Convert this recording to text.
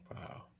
Wow